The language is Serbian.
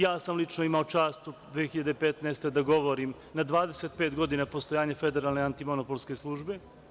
Ja sam lično imao čast u 2015. godini da govorim na 25 godina postojanja Federalne antimonopolske službe.